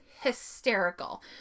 hysterical